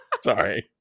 Sorry